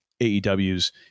AEW's